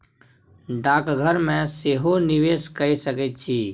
डाकघर मे सेहो निवेश कए सकैत छी